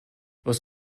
was